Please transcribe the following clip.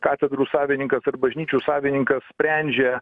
katedrų savininkas ar bažnyčių savininkas sprendžia